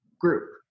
Group